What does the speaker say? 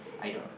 uh